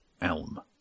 elm